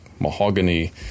mahogany